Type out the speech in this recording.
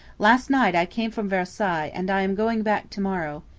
last night i came from versailles and i am going back to-morrow.